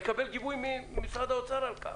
לקבל גיבוי ממשרד האוצר על כך.